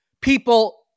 People